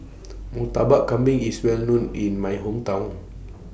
Murtabak Kambing IS Well known in My Hometown